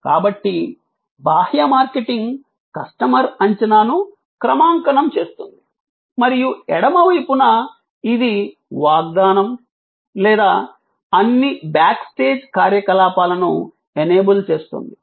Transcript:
కాబట్టి బాహ్య marketing customer అంచనాను క్రమాంకనం చేస్తుంది మరియు ఎడమ వైపున ఇది వాగ్దానం లేదా అన్ని బ్యాక్ స్టేజ్ కార్యకలాపాలను ఎనేబుల్ చేస్తుంది